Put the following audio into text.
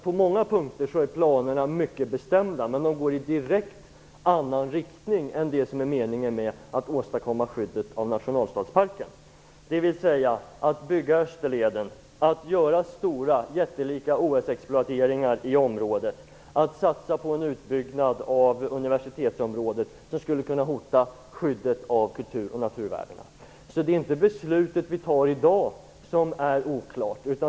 På många punkter är planerna mycket bestämda, men de går i en helt annan riktning än ett skydd av nationalstadsparken, dvs. att bygga Österleden, att göra enorma OS-exploateringar i området och att satsa på en utbyggnad av universitetsområdet som skulle kunna hota skyddet av kultur och naturvärdena. Det är inte det beslut som vi kommer att fatta i dag som blir oklart.